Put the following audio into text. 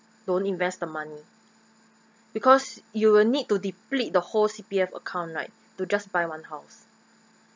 don't invest the money because you will need to deplete the whole C_P_F account right to just buy one house